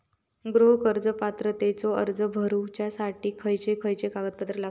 गृह कर्ज पात्रतेचो अर्ज भरुच्यासाठी खयचे खयचे कागदपत्र लागतत?